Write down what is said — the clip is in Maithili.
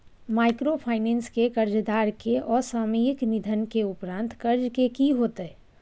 माइक्रोफाइनेंस के कर्जदार के असामयिक निधन के उपरांत कर्ज के की होतै?